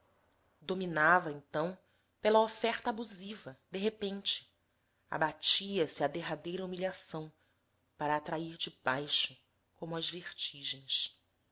dominava então pela oferta abusiva de repente abatia se à derradeira humilhação para atrair de baixo como as vertigens